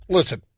Listen